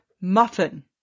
muffin